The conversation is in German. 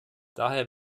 daher